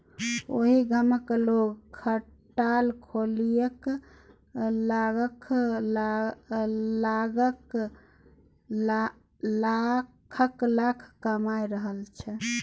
ओहि गामक लोग खटाल खोलिकए लाखक लाखक कमा रहल छै